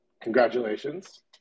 Congratulations